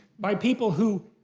by people who,